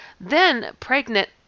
then-pregnant